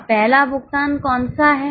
अब पहला भुगतान कौन सा है